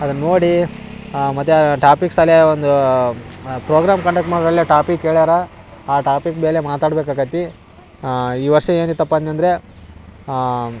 ಅದನ್ನ ನೋಡಿ ಮತ್ತು ಟಾಪಿಕ್ಸ್ ಅಲ್ಲೇ ಒಂದು ಪ್ರೋಗ್ರಾಮ್ ಕಂಡಕ್ಟ್ ಮಾಡುದರಲ್ಲೇ ಟಾಪಿಕ್ ಹೇಳ್ಯಾರ ಆ ಟಾಪಿಕ್ ಮೇಲೆ ಮಾತಾಡಬೇಕಾತತ್ತಿ ಈ ವರ್ಷ ಏನಿತ್ತಪ್ಪ ಅಂದ್ನ್ಯಂದ್ರೆ